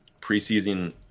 preseason